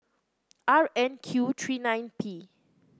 R N Q three nine P